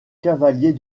cavalier